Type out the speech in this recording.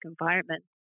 environment